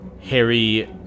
Harry